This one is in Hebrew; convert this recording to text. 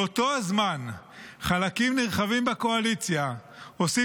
באותו זמן חלקים נרחבים בקואליציה עושים